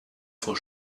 for